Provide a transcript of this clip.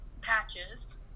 patches